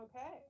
Okay